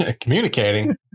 Communicating